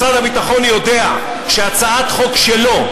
משרד הביטחון יודע שהצעת חוק שלו,